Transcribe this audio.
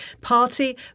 Party